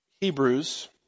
Hebrews